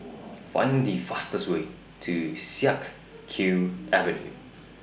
Find The fastest Way to Siak Kew Avenue